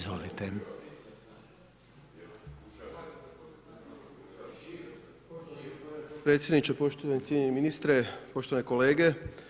potpredsjedniče, poštovani i cijenjeni ministre, poštovani kolege.